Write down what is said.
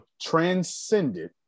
transcended